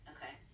Okay